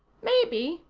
maybe,